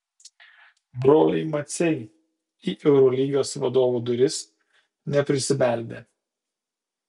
broliai maciai į eurolygos vadovų duris neprisibeldė